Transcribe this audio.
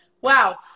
Wow